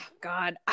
God